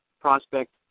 prospect